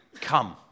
come